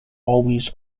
always